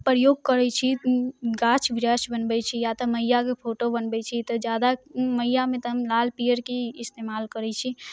प्रयोग करैत छी गाछ वृक्ष बनबैत छी या तऽ मैयाके फोटो बनबैत छी तऽ जादा मैयामे तऽ हम लाल पीअरके ही इस्तेमाल करैत छी